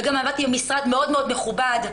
וגם עבדתי במשרד מאוד מאוד מכובד.